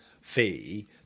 fee